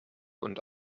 und